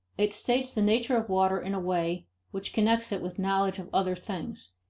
it states the nature of water in a way which connects it with knowledge of other things,